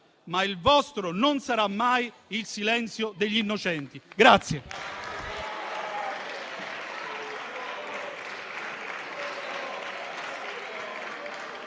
ma il vostro non sarà mai il silenzio degli innocenti.